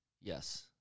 Yes